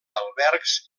albergs